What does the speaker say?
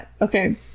okay